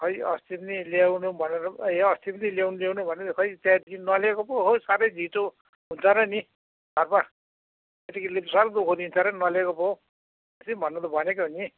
खोइ अस्ति पनि ल्याउनु भनेर ए अस्ति पनि ल्याउनु ल्याउनु भनेर खोइ त्यहाँदेखि नलिएको पो हो साह्रै झिजो हुन्छ र नि घरमा केटा केटीले साह्रो दुःख दिन्छ र नलिएको पो हौ अस्ति भन्नु त भनेकै हो नि